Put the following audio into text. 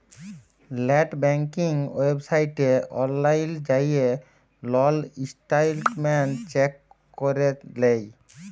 late banking ওয়েবসাইটে অললাইল যাঁয়ে লল ইসট্যাটমেল্ট চ্যাক ক্যরে লেই